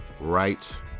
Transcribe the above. right